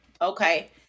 okay